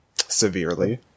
Severely